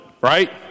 right